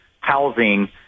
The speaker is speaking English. housing